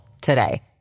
today